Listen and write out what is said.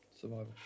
Survival